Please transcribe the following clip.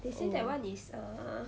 oh